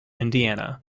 indiana